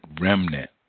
remnant